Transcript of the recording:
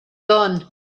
gun